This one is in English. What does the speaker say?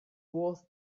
was